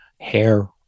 hair